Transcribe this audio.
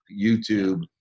YouTube